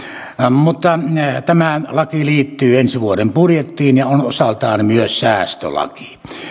mutta tämä laki liittyy ensi vuoden budjettiin ja on osaltaan myös säästölaki